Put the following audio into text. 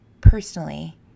personally